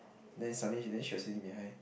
then suddenly he then she was sitting behind